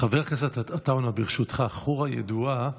חבר הכנסת עטאונה, ברשותך, חורה ידועה,